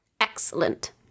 Excellent